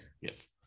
Yes